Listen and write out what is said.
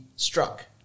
struck